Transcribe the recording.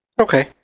Okay